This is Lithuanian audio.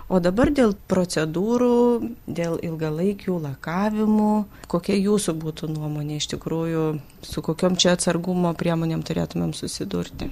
o dabar dėl procedūrų dėl ilgalaikių lakavimų kokia jūsų būtų nuomonė iš tikrųjų su kokiom čia atsargumo priemonėm turėtumėm susidurti